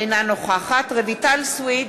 אינה נוכחת רויטל סויד,